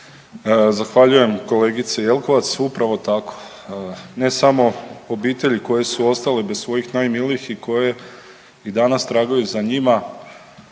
Zahvaljujem kolegice Jelkovac, upravo tako. Ne samo obitelji koje su ostale bez svojih najmilijih i koje i danas tragaju za njima,